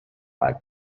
act